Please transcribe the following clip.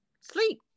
sleep